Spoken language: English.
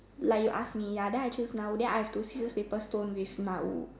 like you ask me ya then I choose now then I have to scissors paper stone with Na-Wu